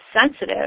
sensitive